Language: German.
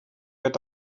wird